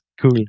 cool